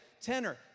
Tenor